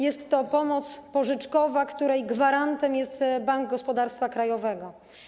Jest to pomoc pożyczkowa, której gwarantem jest Bank Gospodarstwa Krajowego.